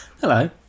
Hello